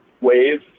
Wave